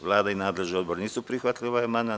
Vlada i nadležni odbor nisu prihvatili amandman.